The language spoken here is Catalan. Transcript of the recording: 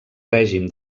règim